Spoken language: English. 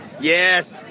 Yes